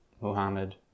Muhammad